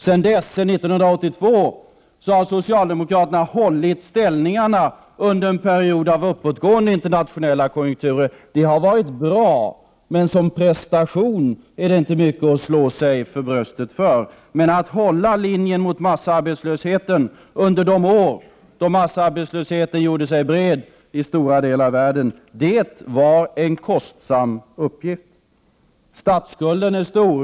Sedan 1982 har socialdemokaterna hållit ställningarna under en period av uppåtgående internationell konjunktur. Det har varit bra. Men som en prestation är det inte mycket att slå sig för bröstet med. Att hålla linjen mot arbetslösheten under de år då massarbetslösheten gjorde sig bred i stora delar av världen var en kostsam uppgift. Visst är statsskulden stor.